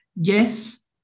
yes